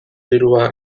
dirua